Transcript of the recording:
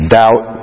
doubt